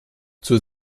zur